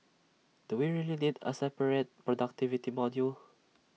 do we really need A separate productivity module